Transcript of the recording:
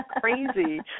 crazy